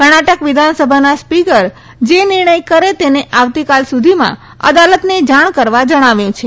કર્ણાટક વિધાનસભાના સ્વીકર જે નિર્ણય કરે તેને આવતીકાલ સુધીમાં અદાલતને જાણ કરવા જણાવ્યું છે